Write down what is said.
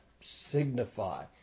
signify